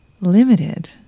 limited